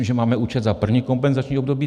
Myslím, že máme účet za první kompenzační období.